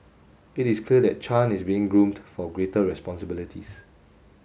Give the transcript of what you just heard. it is clear that Chan is being groomed for greater responsibilities